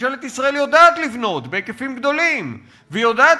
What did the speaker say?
ממשלת ישראל יודעת לבנות בהיקפים גדולים ויודעת